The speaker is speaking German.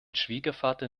schwiegervater